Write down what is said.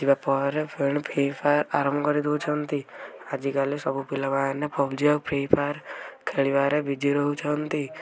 ଯିବାପରେ ଫେଣେ ଫ୍ରିଫାୟାର୍ ଆରମ୍ଭ କରିଦଉଛନ୍ତି ଆଜିକାଲି ସବୁ ପିଲାମାନେ ପବଜି ଆଉ ଫ୍ରିଫେୟାର୍ ଖେଳିବାରେ ବିଜି ରହୁଛନ୍ତି